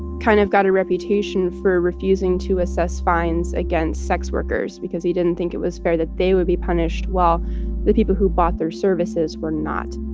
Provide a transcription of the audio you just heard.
kind of got a reputation for refusing to assess fines against sex workers because he didn't think it was fair that they would be punished while the people who bought their services were not.